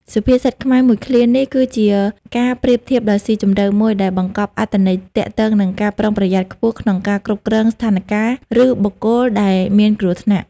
សុភាសិតខ្មែរមួយឃ្លានេះ គឺជាការប្រៀបធៀបដ៏ស៊ីជម្រៅមួយដែលបង្កប់អត្ថន័យទាក់ទងនឹងការប្រុងប្រយ័ត្នខ្ពស់ក្នុងការគ្រប់គ្រងស្ថានការណ៍ឬបុគ្គលដែលមានគ្រោះថ្នាក់ ។